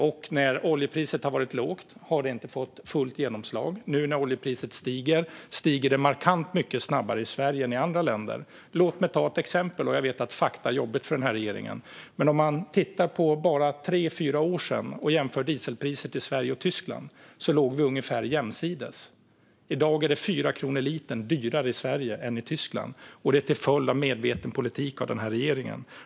Och när oljepriset har varit lågt har det inte fått fullt genomslag. Nu när oljepriset stiger sker det markant mycket snabbare i Sverige än i andra länder. Låt mig ta ett exempel. Jag vet att fakta är jobbigt för den här regeringen, men om man tittar på hur det såg ut för bara tre fyra år sedan och jämför dieselpriset i Sverige och Tyskland ser man att vi då låg ungefär jämsides. I dag är det 4 kronor dyrare per liter i Sverige än i Tyskland, och så är det till följd av medveten politik från den här regeringen.